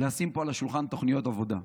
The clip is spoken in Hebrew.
לשים פה על השולחן תוכניות עבודה.